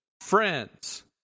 friends